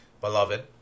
beloved